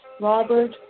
Robert